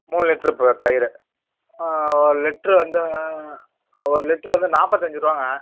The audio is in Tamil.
மூணு லிட்ரு ப தயிர் லிட்ரு வந்து ஒரு லிட்ரு வந்து நாற்பத்தஞ்சு ருபாங்க